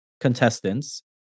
contestants